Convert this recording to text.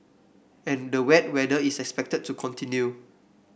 and the wet weather is expected to continue